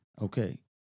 okay